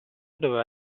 doveva